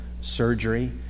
surgery